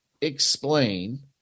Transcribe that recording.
explain